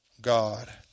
God